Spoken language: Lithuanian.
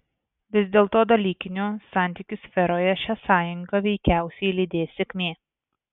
vis dėlto dalykinių santykių sferoje šią sąjungą veikiausiai lydės sėkmė